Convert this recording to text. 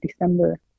December